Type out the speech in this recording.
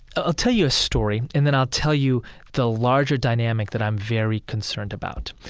ah i'll tell you a story and then i'll tell you the larger dynamic that i'm very concerned about.